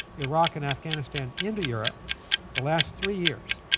iraq, and afghanistan into europe the last three years.